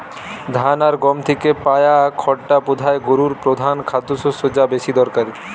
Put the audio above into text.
ধান আর গম থিকে পায়া খড়টা বোধায় গোরুর পোধান খাদ্যশস্য যা বেশি দরকারি